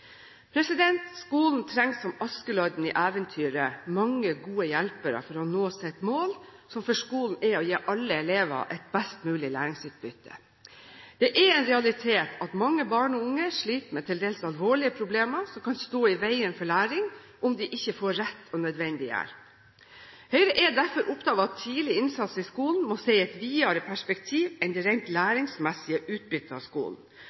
Skolen trenger som Askeladden i eventyret mange gode hjelpere for å nå sitt mål, som for skolen er å gi alle elever et best mulig læringsutbytte. Det er en realitet at mange barn og unge sliter med til dels alvorlige problemer som kan stå i veien for læring om de ikke får riktig og nødvendig hjelp. Høyre er derfor opptatt av at tidlig innsats i skolen må ses i et videre perspektiv enn det rent læringsmessige utbyttet av skolen.